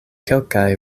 kelkaj